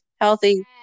healthy